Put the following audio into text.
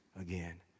again